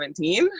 2017